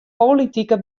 politike